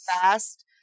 fast